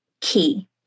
key